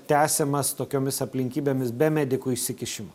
tęsiamas tokiomis aplinkybėmis be medikų įsikišimo